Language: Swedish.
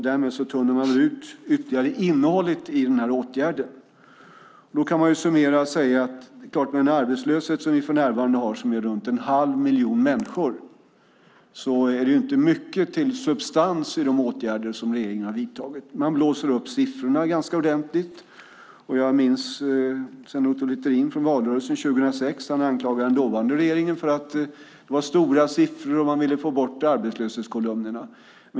Därmed tunnar man ytterligare ut innehållet i åtgärden. Man kan summera detta och säga: Med den arbetslöshet som vi för närvarande har på runt en halv miljon människor är det inte mycket till substans i de åtgärder som regeringen har vidtagit. Man blåser upp siffrorna ganska ordentligt. Jag minns att Sven Otto Littorin under valrörelsen 2006 anklagade den dåvarande regeringen för att det var stora siffror och att man ville få bort arbetslöshetskolumnerna.